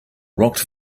rocked